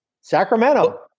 Sacramento